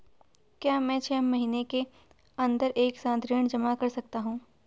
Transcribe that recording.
क्या मैं छः महीने के अन्दर एक साथ ऋण जमा कर सकता हूँ?